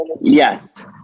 Yes